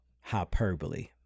hyperbole